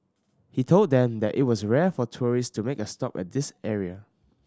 he told them that it was rare for tourist to make a stop at this area